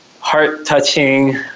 heart-touching